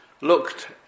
looked